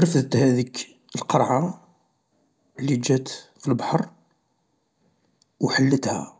رفدت هاذيك القرعة اللي جات في البحر وحلتها،